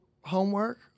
homework